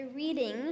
Reading